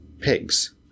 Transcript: pigs